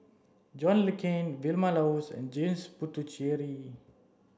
John Le Cain Vilma Laus and James Puthucheary